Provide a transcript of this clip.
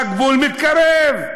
והגבול מתקרב.